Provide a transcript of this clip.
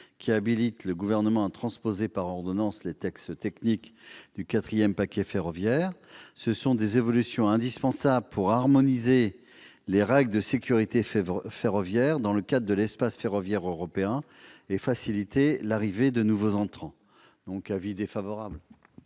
qui habilite le Gouvernement à transposer par ordonnance les textes techniques du quatrième paquet ferroviaire, ces évolutions sont indispensables pour harmoniser les règles de sécurité ferroviaire dans le cadre de l'espace ferroviaire européen et faciliter l'arrivée de nouveaux entrants. L'avis de